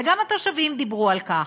וגם התושבים דיברו על כך.